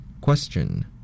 Question